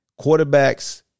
quarterbacks